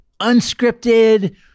unscripted